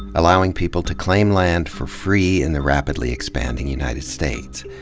allowing people to claim land for free in the rapidly expanding united states.